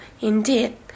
indeed